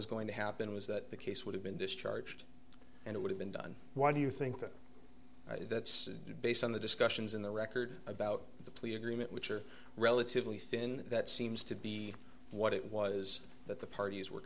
was going to happen was that the case would have been discharged and it would have been done why do you think that that's based on the discussions in the record about the plea agreement which are relatively thin that seems to be what it was that the parties were